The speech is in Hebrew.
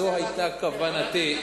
זאת היתה כוונתי,